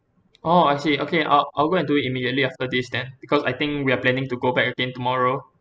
oh I see okay I'll I'll go and do it immediately after this then because I think we are planning to go back again tomorrow